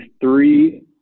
three